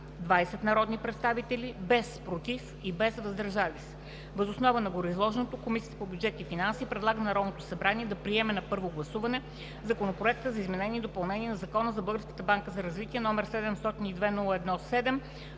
20 народни представители, без „против“ и „въздържали се“. Въз основа на гореизложеното Комисията по бюджет и финанси предлага на Народното събрание да приеме на първо гласуване Законопроект за изменение и допълнение на Закона за Българската